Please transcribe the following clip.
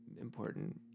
important